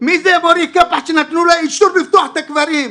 מי זה מורי קפאח שנתנו לו אישור לפתוח את הקברים?